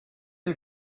and